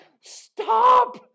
Stop